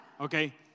Okay